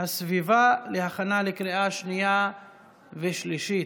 הסביבה להכנה לקריאה שנייה ושלישית.